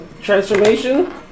transformation